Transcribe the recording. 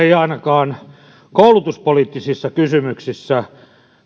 ei ainakaan koulutuspoliittisissa kysymyksissä